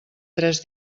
tres